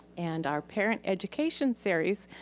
and our parent education series,